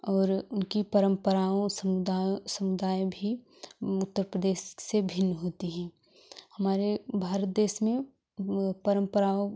और उनकी परम्पराओं समुदायों समुदाय भी उत्तर प्रदेश से भिन्न होती है हमारे भारत देश में परम्पराओं